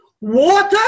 water